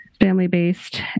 family-based